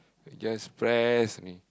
just press only